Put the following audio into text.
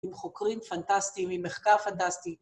עם חוקרים פנטסטיים, עם מחקר פנטסטי.